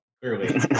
clearly